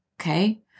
Okay